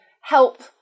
help